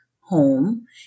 home